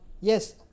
Yes